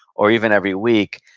or even every week,